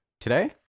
today